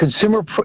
consumer